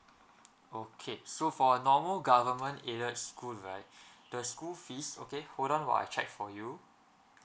okay so for normal government aided school right the school fees okay hold on while I check for you